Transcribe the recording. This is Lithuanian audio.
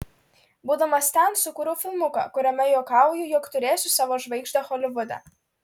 būdamas ten sukūriau filmuką kuriame juokauju jog turėsiu savo žvaigždę holivude